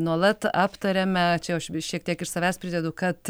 nuolat aptariame čia aš jau šiek tiek iš savęs pridedu kad